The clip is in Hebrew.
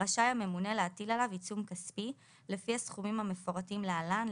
רשאי הממונה להטיל עליו עיצום כספי לפי הסכומים המפורטים להלן,